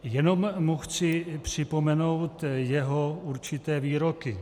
Jenom mu chci připomenout jeho určité výroky.